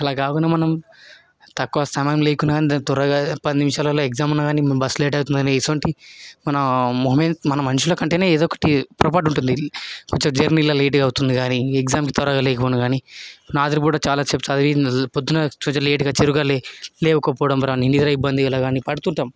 అలా కాకుండా మనం తక్కువ సమయం లేకున్నా కానీ దాని త్వరగా పది నిమిషాలల్లో ఎగ్జామ్ ఉన్న కాని మనం బస్సు లేత అవుతుంది అనేసి ఇటువంటివి మనం మన మనుషుల కంటేనే ఏదో ఒకటి పొరపాటు ఉంటుంది కొంచెం జర్నీల లేట్ అవుతుంది కానీ ఎగ్జామ్ త్వరగా లేకుండా కానీ రాత్రిపూట చాలాసేపు చదివి పొద్దున కొంచెం లేటుగా చురుగ్గా లేకపోవడం కానీ నిద్ర ఇబ్బంది వల్ల కానీ పడుతుంటాం